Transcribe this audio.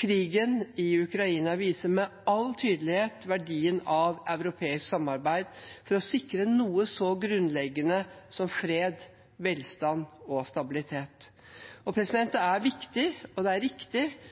Krigen i Ukraina viser med all tydelighet verdien av europeisk samarbeid for å sikre noe så grunnleggende som fred, velstand og stabilitet. Det er viktig og